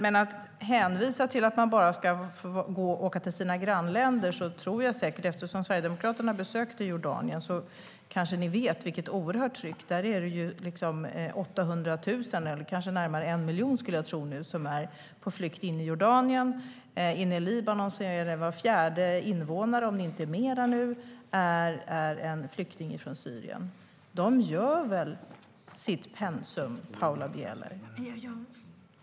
Men ska man bara få åka till sina grannländer? Eftersom Sverigedemokraterna besökt Jordanien kanske ni vet vilket oerhört tryck det är där. 800 000 personer, eller kanske närmare 1 miljon nu, skulle jag tro, är på flykt inne i Jordanien. I Libanon är var fjärde invånare flykting från Syrien, om inte mer. De gör väl sitt pensum, Paula Bieler?